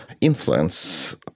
influence